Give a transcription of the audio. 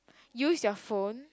use your phone